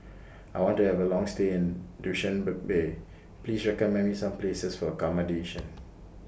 I want to Have A Long stay in Please recommend Me Some Places For accommodation